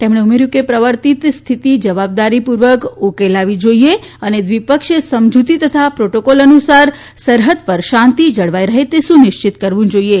તેમણે ઉમેર્યુ કે પ્રવર્તતી સ્થિતિ જવાબદારી પૂર્વક ઉકેલાવી જોઇએ અને દ્વિપક્ષીય સમજુતી તથા પ્રોટોકોલ અનસાર સરહૃદ પર શાંતી જળવાઇ રહે તે સુનિશ્ચિત કરવુ જોઇએ